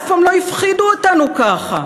אף פעם לא הפחידו אותנו ככה.